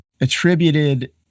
attributed